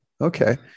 Okay